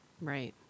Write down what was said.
Right